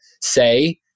say